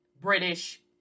British